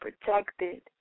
protected